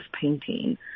painting